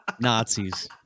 nazis